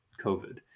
covid